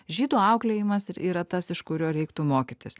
žydų auklėjimas ir yra tas iš kurio reiktų mokytis